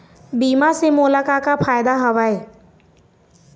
बीमा से मोला का का फायदा हवए?